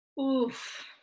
oof